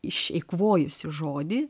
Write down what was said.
išeikvojusi žodį